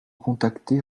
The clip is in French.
contacter